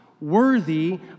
worthy